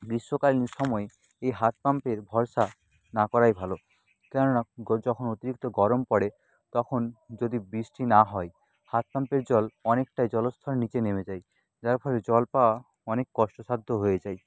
গ্রীষ্মকালীন সময়ে এই হাত পাম্পের ভরসা না করাই ভালো কেননা গ যখন অতিরিক্ত গরম পড়ে তখন যদি বৃষ্টি না হয় হাত পাম্পের জল অনেকটাই জলস্তর নীচে নেমে যাই যার ফলে জল পাওয়া অনেক কষ্টসাধ্য হয়ে যায়